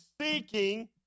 seeking